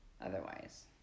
Otherwise